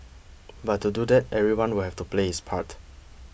but to do that everyone will have to play his part